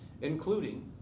including